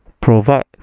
provide